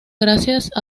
gracias